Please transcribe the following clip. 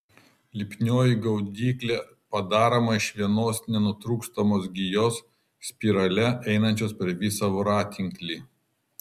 lipnioji gaudyklė padaroma iš vienos nenutrūkstamos gijos spirale einančios per visą voratinklį